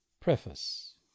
Preface